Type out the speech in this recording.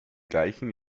gleichen